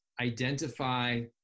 identify